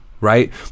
Right